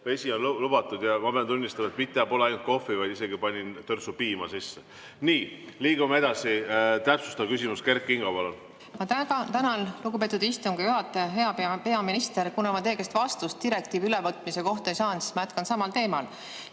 vesi on lubatud. Ja ma pean tunnistama, et mitte ei ole ainult kohv, vaid panin isegi törtsu piima sisse. Nii, liigume edasi. Täpsustav küsimus, Kert Kingo, palun! Ma tänan, lugupeetud istungi juhataja! Hea peaminister! Kuna ma teie käest vastust direktiivi ülevõtmise kohta ei saanud, siis ma jätkan samal teemal.